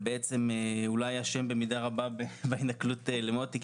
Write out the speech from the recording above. ואולי "אשם" במידה רבה בהתנכלות למוטי רונן.